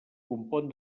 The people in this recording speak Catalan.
compon